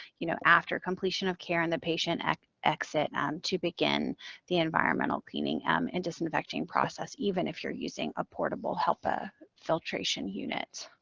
you know, after completion of care and the patient exit and to begin the environmental cleaning um and disinfecting process, even if you're using a portable hepa filtration unit.